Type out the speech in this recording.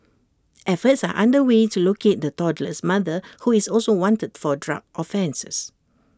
efforts are under way to locate the toddler's mother who is also wanted for drug offences